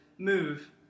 Move